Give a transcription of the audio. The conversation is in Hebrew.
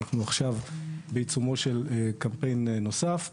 אנחנו עכשיו בעיצומו של קמפיין נוסף שבמסגרתו,